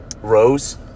Rose